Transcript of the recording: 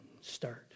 start